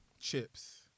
chips